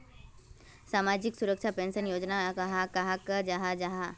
सामाजिक सुरक्षा पेंशन योजना कहाक कहाल जाहा जाहा?